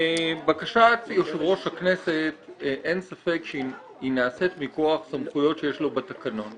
אין ספק שבקשת יושב-ראש הכנסת נעשית מכוח סמכויות שיש לו בתקנון.